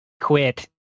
quit